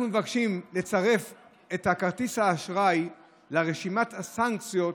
אנחנו מבקשים לצרף את כרטיס האשראי לרשימת הסנקציות